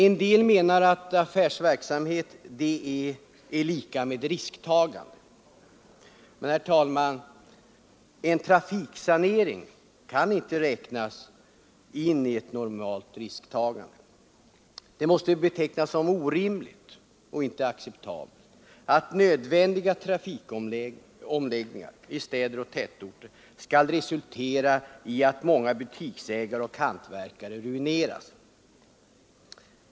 En del menar att affärsverksamhet är lika med risktagande. Men, herr talman, trafiksanering kan icke inräknas i ett normalt risktagande. Det måste betecknas som orimligt och icke acceptabelt att nödvändiga trafikomläggningar i städer och tätorter skall resultera i att många butiksägare och hantverkare ruineras.